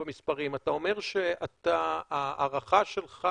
אתה אומר שההערכה שלך